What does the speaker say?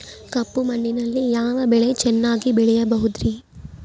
ಕಪ್ಪು ಮಣ್ಣಿನಲ್ಲಿ ಯಾವ ಬೆಳೆ ಚೆನ್ನಾಗಿ ಬೆಳೆಯಬಹುದ್ರಿ?